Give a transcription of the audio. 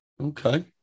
Okay